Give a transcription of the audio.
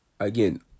Again